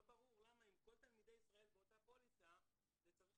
לא ברור למה אם כל תלמידי ישראל באותה פוליסה זה צריך